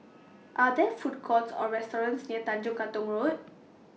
Are There Food Courts Or restaurants near Tanjong Katong Road